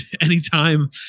anytime